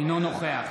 אינו נוכח